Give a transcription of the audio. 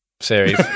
series